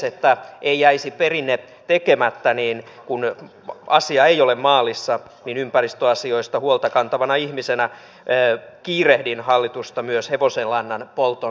että ei jäisi perinne tekemättä kun asia ei ole maalissa niin ympäristöasioista huolta kantavana ihmisenä kiirehdin hallitusta myös hevosenlannan polton sallimisessa